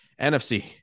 nfc